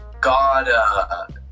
God